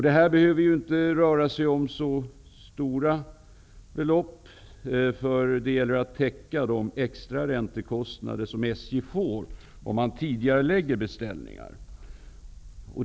Det behöver ju inte röra sig om så stora belopp, eftersom det är fråga om att täcka de extra räntekostnader som SJ får, om man tidigarelägger beställningar.